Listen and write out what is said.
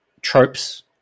tropes